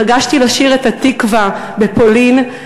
התרגשתי לשיר את "התקווה" בפולין,